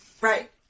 right